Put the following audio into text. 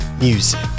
Music